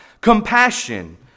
Compassion